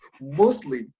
mostly